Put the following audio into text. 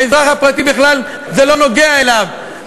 האזרח הפרטי, בכלל זה לא נוגע אליו.